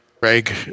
Greg